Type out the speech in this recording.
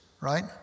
right